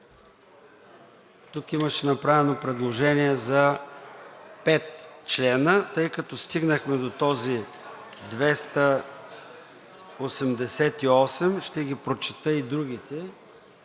Тук имаше направено предложение за пет члена, тъй като стигнахме до чл. 288, ще прочета и другите